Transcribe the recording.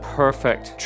perfect